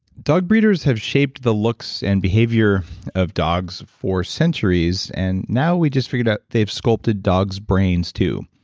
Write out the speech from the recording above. dog breeders have shaped the looks and behavior of dogs for centuries, and now we've just figured out they've sculpted dogs' brains too.